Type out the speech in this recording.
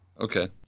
Okay